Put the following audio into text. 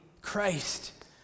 Christ